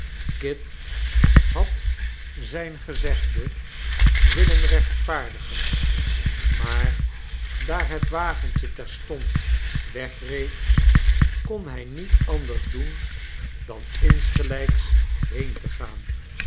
kit had zijn gezegde willen rechtvaardigen maar daar het wagentje terstond wegreed kon hij niet anders doen dan insgelijks heen te gaan